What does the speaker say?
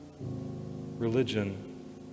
religion